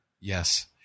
Yes